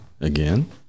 again